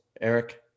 Eric